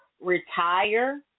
retire